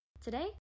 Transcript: today